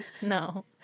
No